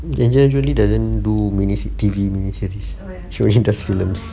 angelina jolie doesn't do mini T_V mini series she only does films